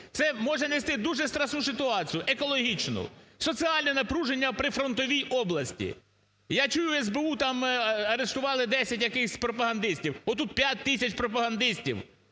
Це може нести дуже страшну ситуацію екологічну, соціальне напруження в прифронтовій області. Я чую СБУ, там арештували десять якихсь пропагандистів. Отут 5 тисяч пропагандистів,